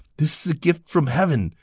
this is a gift from heaven,